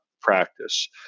practice